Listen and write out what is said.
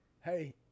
Hey –